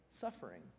suffering